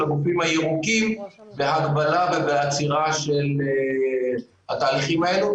הגופים הירוקים בהגבלה ובעצירה של התהליכים האלו,